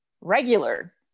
regular